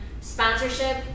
sponsorship